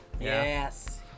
Yes